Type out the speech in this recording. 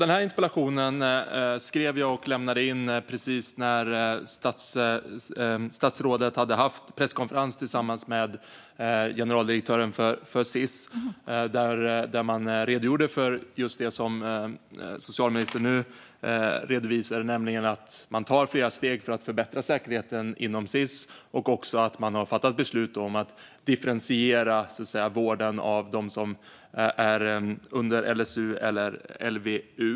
Den här interpellationen skrev jag och lämnade in precis när statsrådet hade haft den presskonferens tillsammans med generaldirektören för Sis där de redogjorde för just det som socialministern nu redovisade, nämligen att man tar flera steg för att förbättra säkerheten inom Sis och också att man har fattat beslut om att differentiera vården av dem som är under LSU respektive LVU.